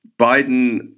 Biden